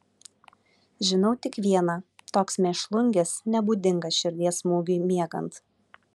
žinau tik viena toks mėšlungis nebūdingas širdies smūgiui miegant